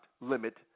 limit